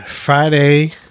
Friday